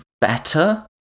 better